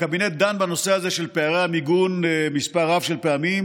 הקבינט דן בנושא הזה של פערי המיגון מספר רב של פעמים.